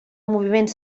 moviments